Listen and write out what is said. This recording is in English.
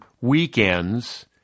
weekends